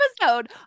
episode